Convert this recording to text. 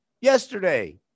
yesterday